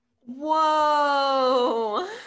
whoa